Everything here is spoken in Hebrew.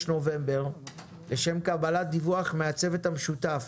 נובמבר לשם קבלת דיווח מן הצוות המשותף